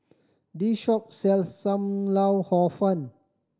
this shop sells Sam Lau Hor Fun